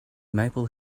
maple